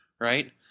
right